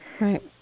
Right